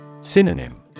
Synonym